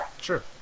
Sure